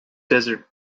desert